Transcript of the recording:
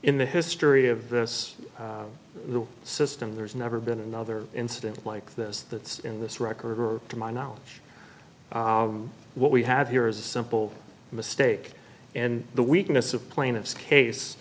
in the history of this system there's never been another incident like this that's in this record or to my knowledge what we have here is a simple mistake and the weakness of plaintiff's case